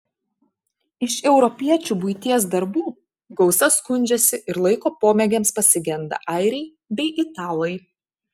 iš europiečių buities darbų gausa skundžiasi ir laiko pomėgiams pasigenda airiai bei italai